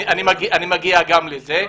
אני מגיע גם לזה.